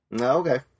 Okay